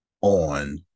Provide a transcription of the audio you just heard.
on